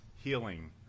healing